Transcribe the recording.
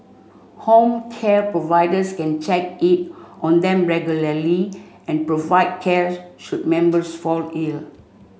home care providers can check in on them regularly and provide cares should members fall ill